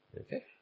Okay